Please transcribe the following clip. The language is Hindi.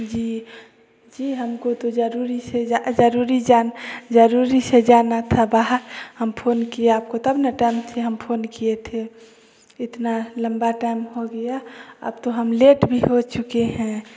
जी जी हमको तो जरूरी से जरूरी जाना जरूरी से जाना था बाहर हम फ़ोन किये आपको तब न टाइम से हम फ़ोन किये थे तब हमको टाइम से फोन किये थे इतना लम्बा टाइम हो गया अब तो हम लेट भी हो चुके हैं